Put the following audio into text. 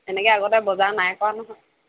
এনেকৈ আগতে বজাৰ নাই কৰা নহয়